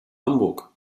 hamburg